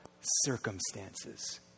circumstances